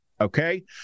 Okay